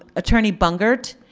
attorney bungert,